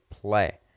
play